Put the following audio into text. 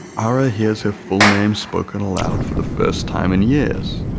ara hears her full name spoken aloud for the first time in years,